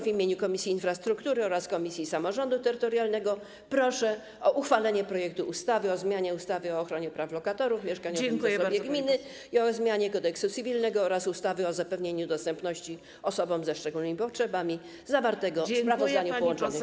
W imieniu Komisji Infrastruktury oraz komisji samorządu terytorialnego proszę o uchwalenie projektu ustawy o zmianie ustawy o ochronie praw lokatorów, mieszkaniowym zasobie gminy i o zmianie Kodeksu cywilnego oraz ustawy o zapewnieniu dostępności osobom ze szczególnymi potrzebami, zawartego w sprawozdaniu połączonych komisji.